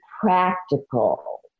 practical